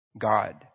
God